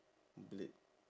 blade